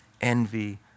envy